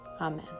Amen